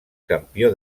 campió